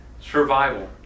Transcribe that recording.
Survival